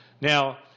Now